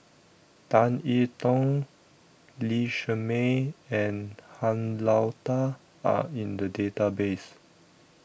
Tan I Tong Lee Shermay and Han Lao DA Are in The Database